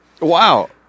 Wow